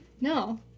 No